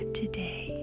today